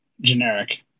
generic